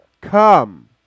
come